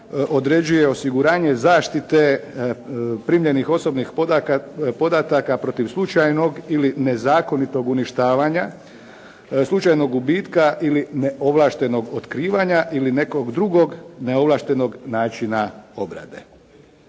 određuje osiguranje zaštite primljenih osobnih podataka protiv slučajnog ili nezakonitog uništavanja, slučajnog gubitka ili neovlaštenog otkrivanja ili nekog drugog neovlaštenog načina obrade.